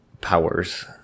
powers